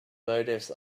motives